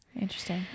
interesting